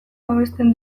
babesten